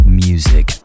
music